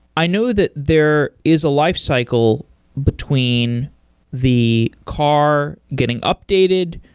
i know that there is a life cycle between the car getting updated,